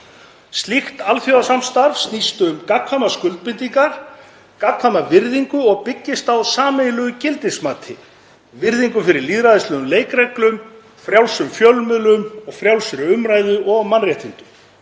Slíkt alþjóðasamstarf snýst um gagnkvæmar skuldbindingar, gagnkvæma virðingu og byggist á sameiginlegu gildismati; virðingu fyrir lýðræðislegum leikreglum, frjálsum fjölmiðlum og frjálsri umræðu og mannréttindum.